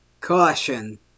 Caution